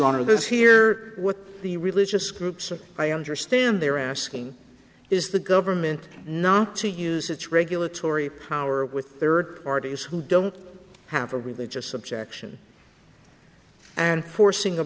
want to hear what the religious groups are i understand they're asking is the government not to use its regulatory power with third parties who don't have a religious objection and forcing a